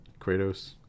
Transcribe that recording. kratos